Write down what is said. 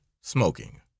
smoking